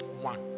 One